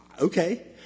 Okay